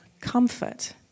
comfort